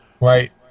Right